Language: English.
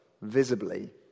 visibly